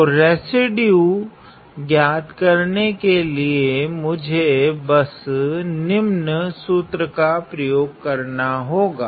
तो रेसिड्यू ज्ञात करने के लिए मुझे बस निम्न सूत्र का प्रयोग करना होगा